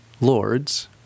lords